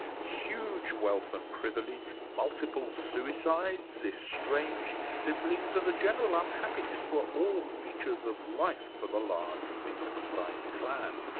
huge wealth and privilege, multiple suicides, estranged siblings and general unhappiness were all features of life for the large wittgenstein clan.